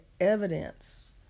evidence